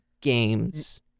Games